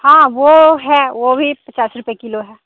हाँ वो है वो भी पचास रुपए किलो है